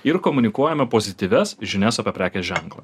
ir komunikuojame pozityvias žinias apie prekės ženklą